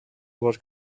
what